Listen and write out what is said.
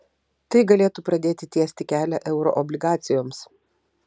tai galėtų pradėti tiesti kelią euroobligacijoms